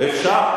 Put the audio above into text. אפשר,